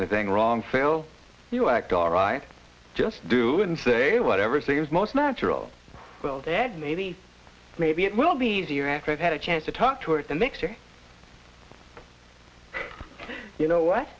anything wrong feel you act all right just do it and say whatever seems most natural well there maybe maybe it will be easier after i've had a chance to talk to her the mixer you know what